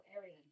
area